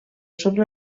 sobre